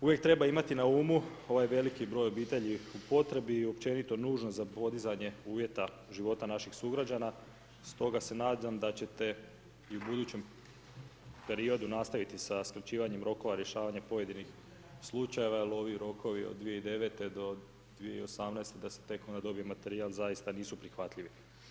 Uvijek treba imati na umu ovaj veliki broj obitelji u potrebi i općenito nužno za podizanje uvjeta života naših sugrađana stoga se nadam da ćete i u budućem periodu nastaviti sa skraćivanjem rokova rješavanje pojedinih slučajeva jer ovi rokovi od 2009. do 2018. da se tek onda dobije materijal zaista nisu prihvatljivi.